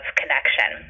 connection